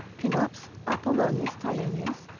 cinops, apollonius tianeus,